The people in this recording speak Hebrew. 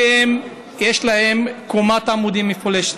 ויש בהם קומת עמודים מפולשת.